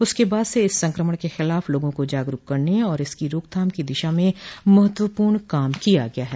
उसके बाद से इस संक्रमण के खिलाफ लोगों को जागरुक करने और इसकी रोकथाम की दिशा में महत्वपूर्ण काम किया गया है